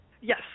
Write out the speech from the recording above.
Yes